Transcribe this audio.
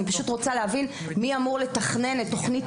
אני רוצה להבין מי אמור לתכנן את תוכנית